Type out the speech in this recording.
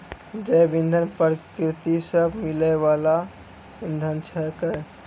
जैव इंधन प्रकृति सॅ मिलै वाल इंधन छेकै